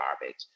garbage